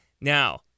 Now